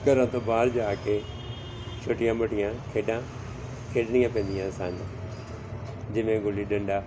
ਘਰਾਂ ਤੋਂ ਬਾਹਰ ਜਾ ਕੇ ਛੋਟੀਆਂ ਮੋਟੀਆਂ ਖੇਡਾਂ ਖੇਡਣੀਆਂ ਪੈਂਦੀਆਂ ਸਨ ਜਿਵੇਂ ਗੁੱਲੀ ਡੰਡਾ